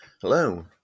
Hello